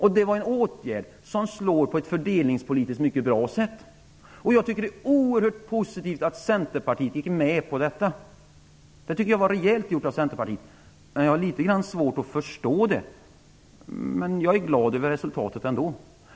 Den åtgärden slår på ett fördelningspolitiskt mycket bra sätt. Jag tycker det är oerhört positivt att Centerpartiet gick med på detta. Det tycker jag var rejält gjort av Centerpartiet, men jag har litet svårt att förstå det, även om jag är glad över resultatet.